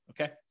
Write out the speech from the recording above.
okay